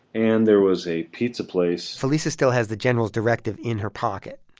and there was a pizza place felisa still has the general's directive in her pocket,